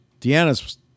Deanna's